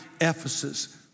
Ephesus